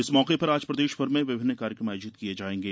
इस मौके पर आज प्रदेशभर में विभिन्न कार्यक्रम आयोजित किये जायेंगे